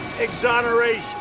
exoneration